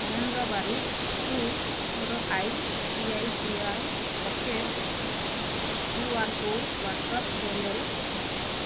ଫଣେନ୍ଦ୍ର ବାରିକଙ୍କୁ ମୋର I C I C I pocket QR code WhatsApp ଜରିଆରେ ପଠାଅ